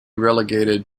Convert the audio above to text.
relegated